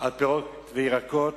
על פירות וירקות.